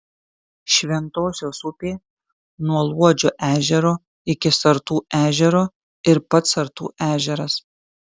šventosios upė nuo luodžio ežero iki sartų ežero ir pats sartų ežeras